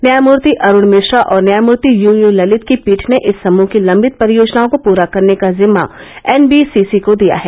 न्यायमूर्ति अरूण मिश्रा और न्यायमर्ति य य ललित की पीठ ने इस समृह की लंबित परियोजनाओं को पूरा करने का जिम्मा एन बी सी सी को दिया है